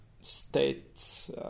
state's